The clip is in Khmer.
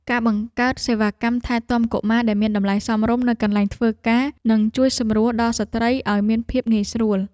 ការបង្កើតសេវាកម្មថែទាំកុមារដែលមានតម្លៃសមរម្យនៅកន្លែងធ្វើការនឹងជួយសម្រួលដល់ស្ត្រីឱ្យមានភាពងាយស្រួល។